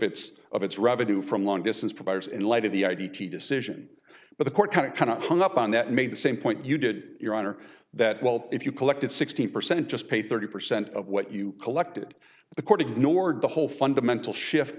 its of its revenue from long distance providers in light of the id t decision but the court kind of kind of hung up on that made the same point you did your honor that well if you collected sixteen percent just pay thirty percent of what you collected the court ignored the whole fundamental shift